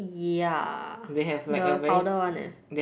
ya the powder one eh